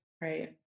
Right